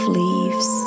leaves